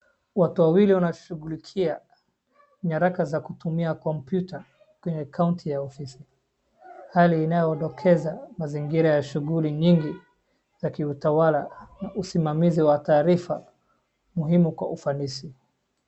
Watu wawili wanashughulikia nyaraka za kutumia computer kwenye Counti ya ofisi hali inayo dokeza mazingira ya shughuli nyingi za kiutawala na usimamizi wa taarifa muhimu kwa ufanisi.